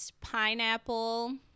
pineapple